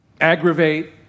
Aggravate